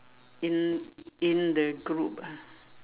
in in the group ah